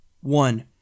One